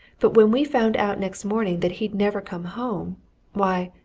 but when we found out next morning that he'd never come home why,